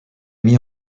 mis